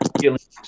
feelings